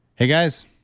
hey guys.